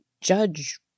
judge